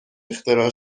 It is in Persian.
اختراع